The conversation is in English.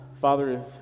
Father